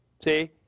See